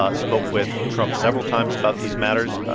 ah spoke with trump several times about these matters.